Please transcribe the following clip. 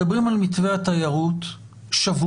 מדברים על מתווה התיירות שבועות.